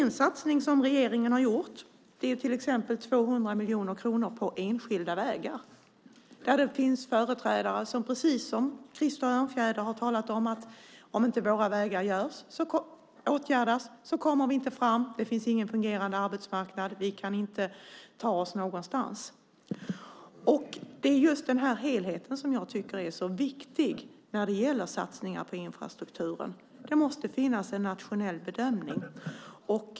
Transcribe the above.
En satsning som regeringen har gjort är 200 miljoner kronor på enskilda vägar. Det finns företrädare som, precis som Krister Örnfjäder, har talat om att om inte deras vägar åtgärdas kommer de inte fram. Det finns ingen fungerande arbetsmarknad. Man kan inte ta sig någonstans. Det är just den här helheten som jag tycker är så viktig när det gäller satsningar på infrastrukturen. Det måste finnas en nationell bedömning.